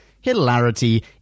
Hilarity